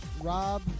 Rob